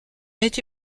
été